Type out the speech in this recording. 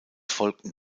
folgten